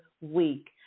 week